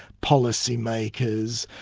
policymakers,